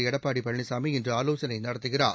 எடப்பாடி பழனிசாமி இன்று ஆலோசனை நடத்துகிறார்